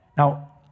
Now